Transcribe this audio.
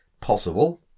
Possible